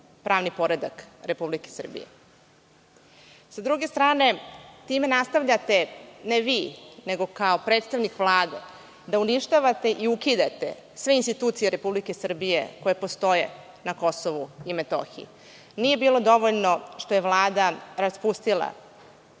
pravni poredak Republike Srbije. Sa druge strane time nastavljate, ne vi, nego kao predstavnik Vlade da uništavate i ukidate sve institucije Republike Srbije koje postoje na Kosovu i Metohiji. Nije bilo dovoljno što je Vlada raspustila